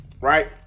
right